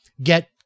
get